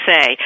say